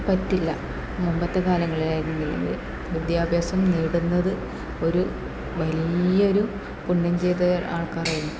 പറ്റില്ല മുൻപത്തെ കാലങ്ങളിൽ ആയിരുന്നെങ്കിൽ വിദ്യാഭ്യാസം നേടുന്നത് ഒരു വലിയൊരു പുണ്യം ചെയ്ത ആൾക്കാരായിരിക്കും